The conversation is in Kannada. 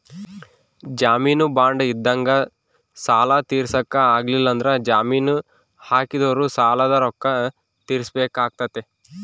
ಜಾಮೀನು ಬಾಂಡ್ ಇದ್ದಂಗ ಸಾಲ ತೀರ್ಸಕ ಆಗ್ಲಿಲ್ಲಂದ್ರ ಜಾಮೀನು ಹಾಕಿದೊರು ಸಾಲದ ರೊಕ್ಕ ತೀರ್ಸಬೆಕಾತತೆ